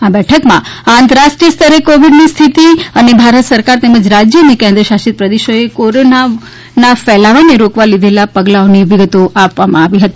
આ બેઠકમાં આંતરરાષ્ટ્રીય સ્તરે કોવિડની સ્થિતિ અને ભારત સરકાર તેમજ રાજ્ય અને કેન્દ્ર શાસિત પ્રદેશોએ કોરોનાના ફેલાવાને રોકવા લીધેલા પગલાંઓની વિગતો આપવામાં આવી હતી